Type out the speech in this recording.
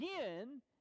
again